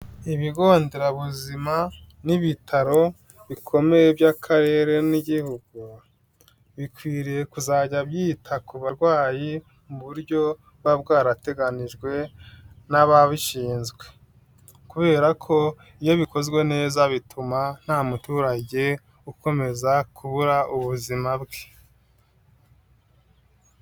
Ibigo nderabuzima n'ibitaro bikomeye by'akarere n'igihugu, bikwiriye kuzajya byita ku barwayi mu buryo buba bwarateganijwe n'ababishinzwe kubera ko iyo bikozwe neza bituma nta muturage ukomeza kubura ubuzima bwe.